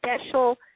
special